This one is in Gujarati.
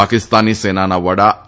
પાકિસ્તાની સેનાના વડા એ